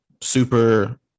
super